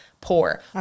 poor